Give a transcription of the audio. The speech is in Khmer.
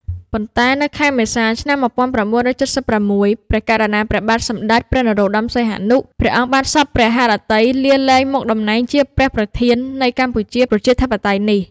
ប៉ុន្តែនៅខែមេសា ឆ្នាំ ១៩៧៦ ព្រះករុណាព្រះបាទសម្តេចព្រះនរោត្តម សីហនុ ព្រះអង្គបានសព្វព្រះហឫទ័យ លា លែងមុខតំណែងជាព្រះប្រធាន នៃកម្ពុជាប្រជាធិបតេយ្យនេះ។